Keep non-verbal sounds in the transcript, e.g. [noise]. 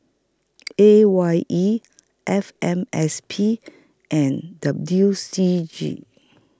[noise] A Y E F M S P and W C G